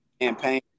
campaign